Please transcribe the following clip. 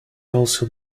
also